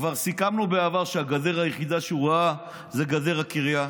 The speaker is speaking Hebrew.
כבר סיכמנו בעבר שהגדר היחידה שהוא ראה זה גדר הקריה.